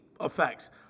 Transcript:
effects